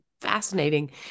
fascinating